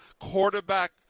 quarterback